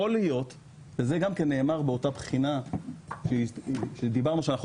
זה גם נאמר באותה בחינה כשדיברנו שאנחנו